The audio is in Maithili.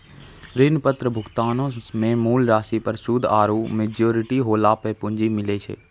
ऋण पत्र भुगतानो मे मूल राशि पर सूद आरु मेच्योरिटी होला पे पूंजी मिलै छै